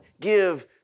give